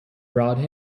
brought